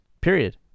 period